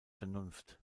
vernunft